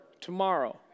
tomorrow